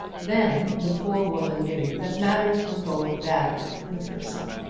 then the poor woman knew that matters were going badly with her son.